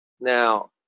now